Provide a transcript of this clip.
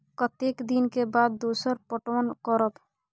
कतेक दिन के बाद दोसर पटवन करब?